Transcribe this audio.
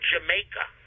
Jamaica